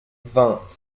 vingt